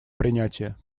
принятие